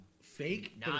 fake